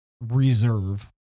Reserve